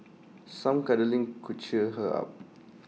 some cuddling could cheer her up